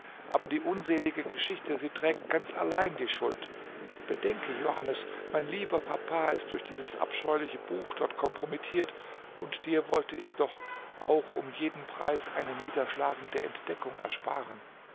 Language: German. aber die unselige geschichte sie trägt ganz allein die schuld bedenke johannes mein lieber papa ist durch dies abscheuliche buch dort kompromittiert und dir wollte ich doch auch um jeden preis eine niederschlagende entdeckung ersparen